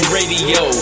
Radio